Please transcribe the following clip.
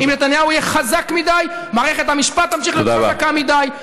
אם נתניהו יהיה חזק מדי מערכת המשפט תמשיך להיות חזקה מדי,